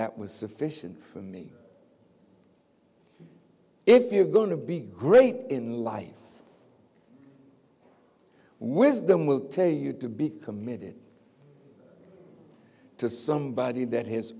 that was sufficient for me if you are going to be great in life wisdom will tell you to be committed to somebody that has